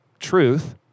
truth